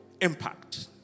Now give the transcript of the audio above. impact